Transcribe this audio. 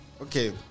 Okay